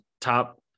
top